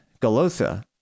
Galotha